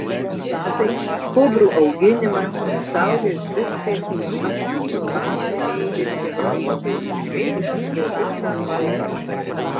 sfinksai kobrų auginimas saulės diskai akanto lapai ir hieroglifai plito po visą romą